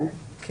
כן.